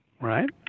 right